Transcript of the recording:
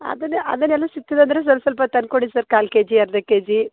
ಅದನ್ನ ಅದನ್ನೆಲ್ಲ ಸಿಕ್ತದಾದರೆ ಸ್ವಲ್ಸಲ್ಪ ತಂದು ಕೊಡಿ ಸರ್ ಕಾಲು ಕೆಜಿ ಅರ್ಧ ಕೆಜಿ